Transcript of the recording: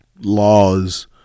laws